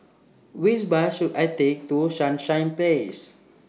Which Bus should I Take to Sunshine Place